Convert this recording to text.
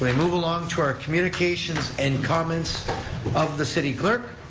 ah move along to our communications and comments of the city clerk,